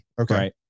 Okay